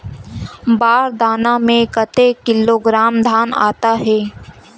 बार दाना में कतेक किलोग्राम धान आता हे?